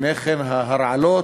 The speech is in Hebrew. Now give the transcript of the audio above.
וההרעלות.